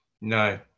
No